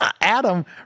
Adam